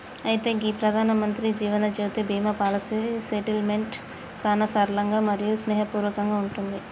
అయితే గీ Pradhanmantri Jeevanjyoti Bima policy settlement సానా సరళంగా మరియు స్నేహపూర్వకంగా ఉంటుంది